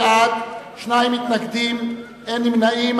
52, בעד, שני מתנגדים, אין נמנעים.